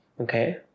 Okay